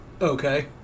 Okay